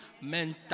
mental